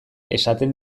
esaten